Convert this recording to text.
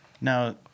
Now